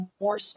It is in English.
more